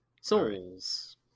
Souls